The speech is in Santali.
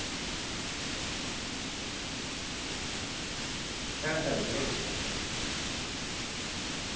ᱦᱮᱸ ᱦᱮᱸ ᱡᱚᱦᱟᱨᱜᱮ ᱡᱚᱦᱟᱨᱜᱮ